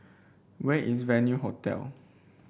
where is Venue Hotel